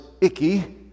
icky